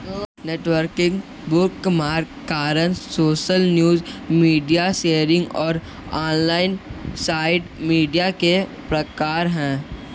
networking, bookmark करना, social news, media sharing और online site media के प्रकार हैं